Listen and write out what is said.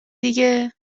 دیگه